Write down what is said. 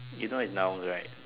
you know is nouns right